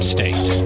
State